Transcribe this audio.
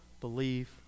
believe